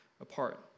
apart